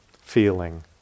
feeling